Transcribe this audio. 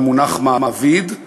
במונח מעביד,